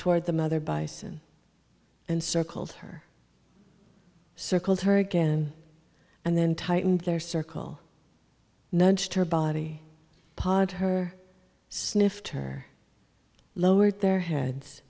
toward the mother bison and circled her circled her again and then tightened their circle nudged her body part her sniffed her lowered their heads